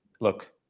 look